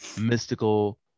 Mystical